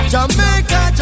Jamaica